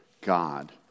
God